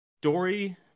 Dory